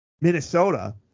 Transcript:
Minnesota